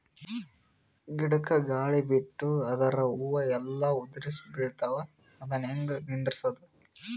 ಗಿಡಕ, ಗಾಳಿ ಬಿಟ್ಟು ಅದರ ಹೂವ ಎಲ್ಲಾ ಉದುರಿಬೀಳತಾವ, ಅದನ್ ಹೆಂಗ ನಿಂದರಸದು?